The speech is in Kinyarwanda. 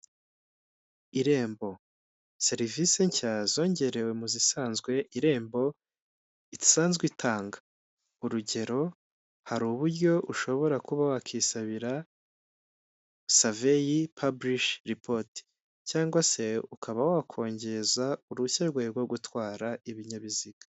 Irembo, serivisi nshya zongerewe mu zisanzwe irembo isanzwe itanga, urugero hari uburyo ushobora kuba wakisabira saveyi pabulishi ripoti cyangwa se ukaba wakongeza uruhushya rwawe rwo gutwara ibinyabiziga.